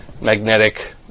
magnetic